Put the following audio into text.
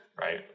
right